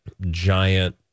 giant